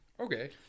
Okay